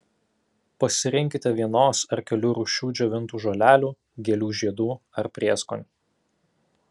pasirinkite vienos ar kelių rūšių džiovintų žolelių gėlių žiedų ar prieskonių